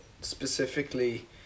specifically